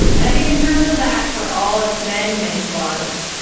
and i think in terms of that, for all its many, many flaws,